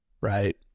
right